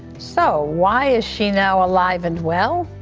so why is she now alive and well?